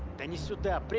and you sit down?